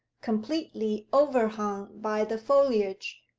completely overhung by the foliage,